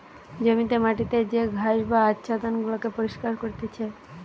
জমিতে মাটিতে যে ঘাস বা আচ্ছাদন গুলাকে পরিষ্কার করতিছে